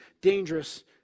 dangerous